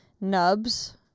nubs